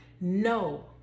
No